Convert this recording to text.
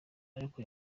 ariko